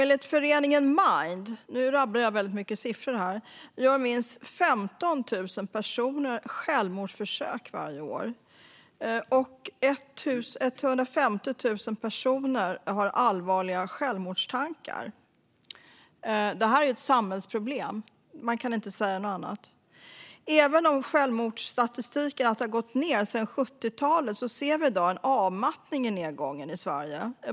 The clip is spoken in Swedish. Nu rabblar jag mycket siffror. Enligt föreningen Mind gör minst 15 000 personer självmordsförsök varje år, och 150 000 personer har allvarliga självmordstankar. Detta är ett samhällsproblem. Man kan inte säga annat. Även om självmordsstatistiken har gått ned sedan 1970-talet ser vi i dag en avmattning i nedgången i Sverige.